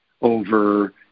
over